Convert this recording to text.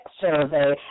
survey